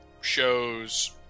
shows